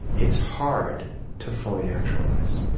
it's hard to fully actualize.